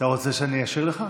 רוצה שאני אשיר לך?